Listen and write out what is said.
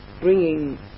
bringing